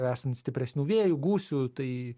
esant stipresnių vėjų gūsių tai